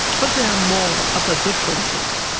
but there are more, other differences.